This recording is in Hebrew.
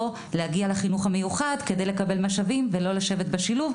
או להגיע לחינוך המיוחד כדי לקבל משאבים ולא לשבת בשילוב,